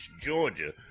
Georgia